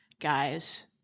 guys